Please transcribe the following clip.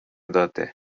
date